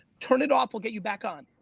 turn it off, we'll get you back on.